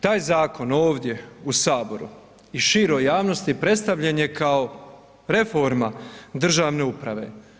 Taj zakon ovdje u Saboru i široj javnosti predstavljen je kao reforma državne uprave.